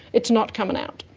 it's not coming out.